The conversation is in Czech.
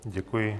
Děkuji.